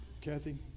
Kathy